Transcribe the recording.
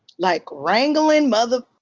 like, wrangling mother.